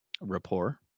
rapport